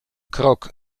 krok